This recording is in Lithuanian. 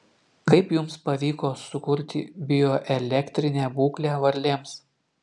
kaip jums pavyko sukurti bioelektrinę būklę varlėms